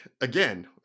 again